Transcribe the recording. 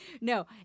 No